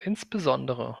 insbesondere